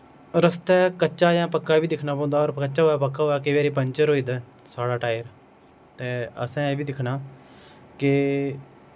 रस्ता कच्चा जां पक्का एह् बी दिक्खना पौंदा और कच्चा होऐ पक्का होऐ केंई बारी पंच्चर होई दा ऐ साढ़ा टैर ते असैं एह् बी दिक्खना के